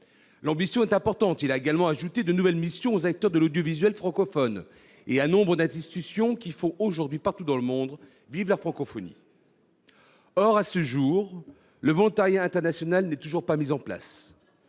L'ambition est importante. Il a également fixé de nouvelles missions aux acteurs de l'audiovisuel francophone et à nombre d'institutions qui font aujourd'hui vivre la francophonie partout dans le monde. Or, à ce jour, le volontariat international n'est toujours pas mis en place